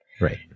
Right